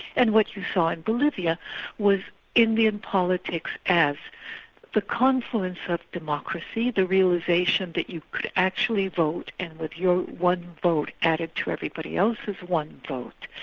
and what you saw in bolivia was indian politics as the confluence of democracy, the realisation that you could actually vote and that your one vote added to everybody else's one vote,